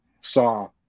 saw